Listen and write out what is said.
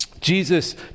Jesus